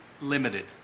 limited